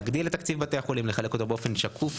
להגדיל את תקציב בתי החולים; לחלק אותו באופן שקוף,